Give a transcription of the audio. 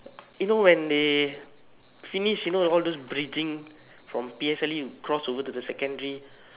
you know when they finish you know all those bridging from P_S_L_E cross over to the secondary